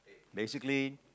basically